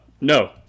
no